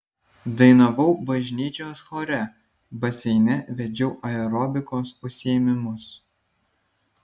dainavau bažnyčios chore baseine vedžiau aerobikos užsiėmimus